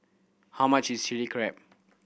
how much is Chilli Crab